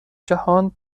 جهان